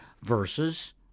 versus